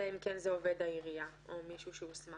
אלא אם כן זה עובד העירייה או מישהו שהוסמך.